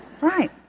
Right